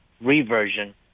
reversion